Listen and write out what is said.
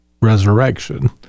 resurrection